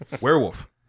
Werewolf